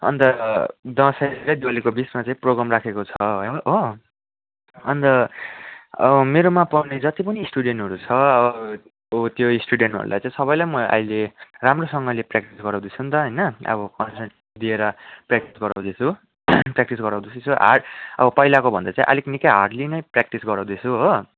अन्त दसैँ र दिवालीको बिचमा चाहिँ प्रोग्राम राखेको छ हो अन्त मेरो मा पढ्ने जति पनि स्टुडेन्टहरू छ त्यो स्टुडेन्टहरूलाई चाहिँ सबैलाई म अहिले राम्रोसँले प्र्याक्टिस गराउँदैछु नि त होइन अब दिएर प्र्याक्टिस गराउँदैछु प्र्याक्टिस गराउँदैछु हार्ड अब पहिलाको भन्दा चाहिँ निकै हार्डलि नै प्र्याक्टिस गराउँदैछु हो